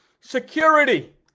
security